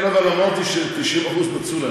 כן, אבל אמרתי של-90% מצאו.